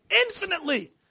infinitely